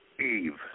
Eve